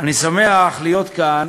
אני שמח להיות כאן,